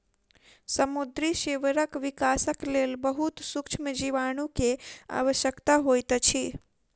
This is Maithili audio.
समुद्री सीवरक विकासक लेल बहुत सुक्ष्म जीवाणु के आवश्यकता होइत अछि